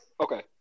Okay